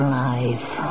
life